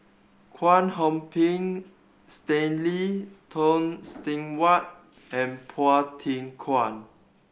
Kwek Hong Png Stanley Toft Stewart and Phua Thin Kiay